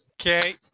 Okay